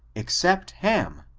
except ham,